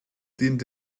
dient